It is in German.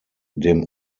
dem